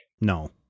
No